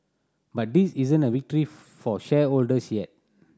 but this isn't a victory for shareholders yet